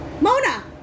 Mona